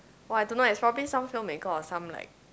!wah! I don't know eh it's probably some film maker or some like